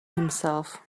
himself